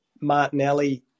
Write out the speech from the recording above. Martinelli